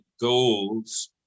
goals